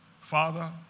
Father